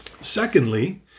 Secondly